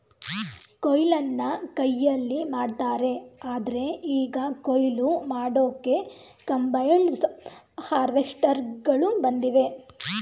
ಕೊಯ್ಲನ್ನ ಕೈಯಲ್ಲಿ ಮಾಡ್ತಾರೆ ಆದ್ರೆ ಈಗ ಕುಯ್ಲು ಮಾಡೋಕೆ ಕಂಬೈನ್ಡ್ ಹಾರ್ವೆಸ್ಟರ್ಗಳು ಬಂದಿವೆ